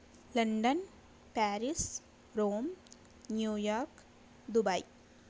London Paris Rome New York Dubai